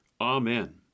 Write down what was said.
Amen